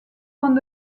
points